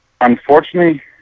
unfortunately